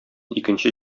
икенче